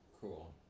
Cool